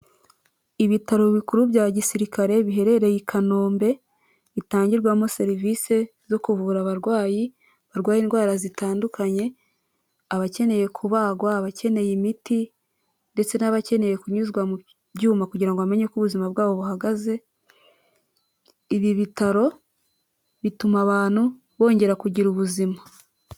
Ibitaro bikuru bya gisirikare biherereye i Kanombe bitangirwamo serivisi zo kuvura abarwayi barwaye indwara zitandukanye, abakeneye kubagwa, abakeneye imiti ndetse n'abakeneye kunyuzwa mu byuma kugira ngo bamenye uko ubuzima bwabo buhagaze. Ibi bitaro bituma abantu bongera kugira ubuzima.